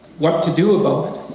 what to do about it?